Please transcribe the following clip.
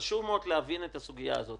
חשוב מאוד להבין את הסוגיה הזאת,